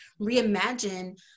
reimagine